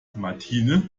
martine